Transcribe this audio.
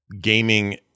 gaming